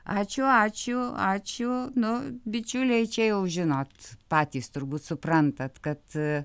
ačiū ačiū ačiū nu bičiuliai čia jau žinot patys turbūt suprantat kad